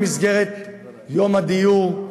במסגרת יום הדיור,